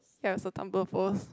here's a tumbler pose